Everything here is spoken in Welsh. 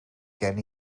gen